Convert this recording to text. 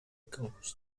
coast